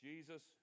Jesus